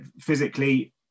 physically